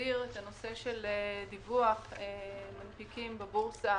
להסדיר את הנושא של דיווח לתיקים בבורסה